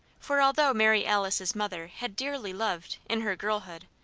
for although mary alice's mother had dearly loved, in her girlhood,